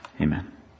amen